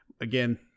again